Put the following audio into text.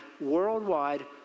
worldwide